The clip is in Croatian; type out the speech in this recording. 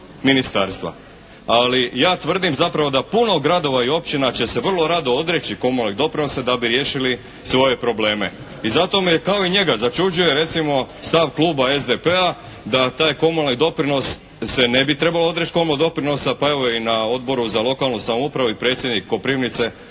ministarstva, ali ja tvrdim zapravo da puno gradova i općina će se vrlo rado odreći komunalnih doprinosa da bi riješili svoje probleme i zato me kao i njega začuđuje recimo stav kluba SDP-a da taj komunalni doprinos se ne bi trebao odreći komunalnog doprinosa, pa evo i na Odboru za lokalnu samoupravu i predsjednik Koprivnice,